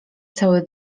cały